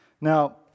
Now